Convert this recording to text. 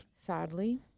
Sadly